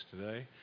today